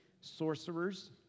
sorcerers